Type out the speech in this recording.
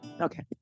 Okay